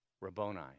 Rabboni